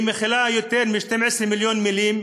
היא מכילה יותר מ-12 מיליון מילים,